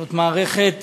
זאת מערכת